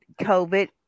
COVID